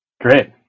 Great